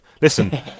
Listen